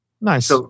Nice